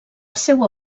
seua